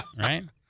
right